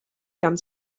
gan